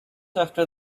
after